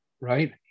right